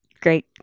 Great